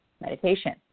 Meditation